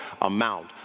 amount